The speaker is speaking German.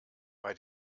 bei